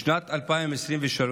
בשנת 2023,